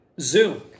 Zoom